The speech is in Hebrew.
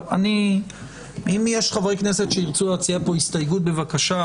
אם יש חברי כנסת שירצו להציע פה הסתייגות, בבקשה.